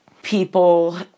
People